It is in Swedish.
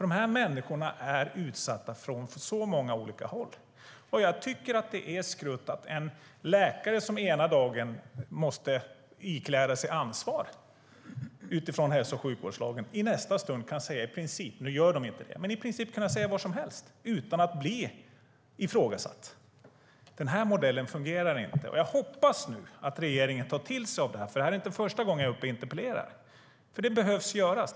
De här människorna är utsatta från många olika håll, och jag tycker att det är skrutt att en läkare som den ena stunden måste ikläda sig ansvar utifrån hälso och sjukvårdslagen i nästa stund kan säga i princip vad som helst utan att bli ifrågasatt - nu gör de inte det, men ändå. Den här modellen fungerar inte, och jag hoppas nu att regeringen tar till sig detta. Det är nämligen inte första gången jag är uppe och interpellerar. Det behöver göras.